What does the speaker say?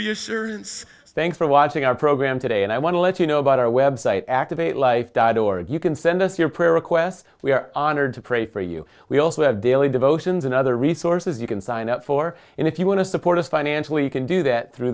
reassurance thanks for watching our program today and i want to let you know about our web site activate life died or you can send us your prayer requests we are honored to pray for you we also have daily devotions and other resources you can sign up for and if you want to support us financially you can do that through